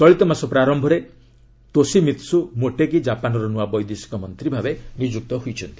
ଚଳିତ ମାସ ପ୍ରାରମ୍ଭରେ ତୋଶିମିତ୍ସୁ ମୋଟେଗି ଜାପାନ୍ର ନୂଆ ବୈଦେଶିକ ମନ୍ତ୍ରୀ ଭାବେ ନିଯୁକ୍ତ ହୋଇଛନ୍ତି